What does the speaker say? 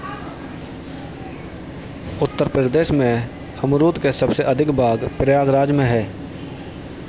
उत्तर प्रदेश में अमरुद के सबसे अधिक बाग प्रयागराज में है